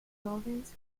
buildings